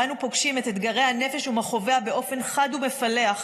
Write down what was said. שבה אנו פוגשים את אתגרי הנפש ומכאוביה באופן חד ומפלח,